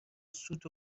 سوت